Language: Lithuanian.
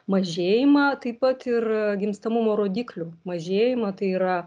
mažėjimą taip pat ir gimstamumo rodiklių mažėjimą tai yra